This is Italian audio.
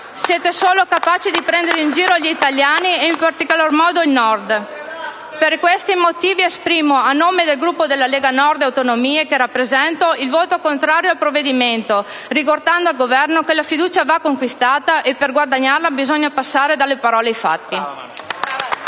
Siete solo capaci di prendere in giro gli italiani e, in particolar modo, il Nord. Per questi motivi, esprimo, a nome del Gruppo della Lega Nord e Autonomie, che rappresento, il voto contrario al provvedimento, ricordando al Governo che la fiducia va conquistata e che per guadagnarla bisogna passare dalle parole ai fatti.